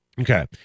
Okay